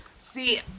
See